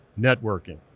networking